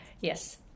Yes